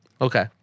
Okay